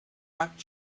back